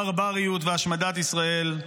לברבריות ולהשמדת ישראל.